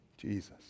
Jesus